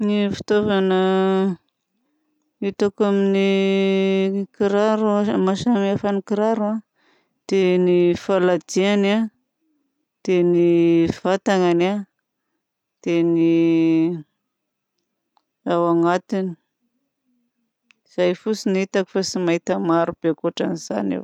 Ny fitaovana hitako amin'ny kiraro mahasamihafa ny kiraro dia ny faladiany dia ny vatanany dia ny ao agnatiny. Izay fotsiny hitako fa tsy mahita marobe ankoatran'izany aho.